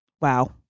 wow